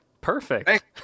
Perfect